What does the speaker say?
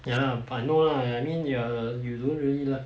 ya lah but no lah I mean you are you don't really like